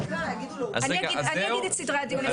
אני אגיד את סדרי הדיון.